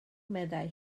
meddai